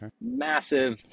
Massive